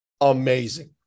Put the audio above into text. Amazing